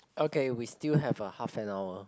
okay we still have a half an hour